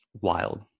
wild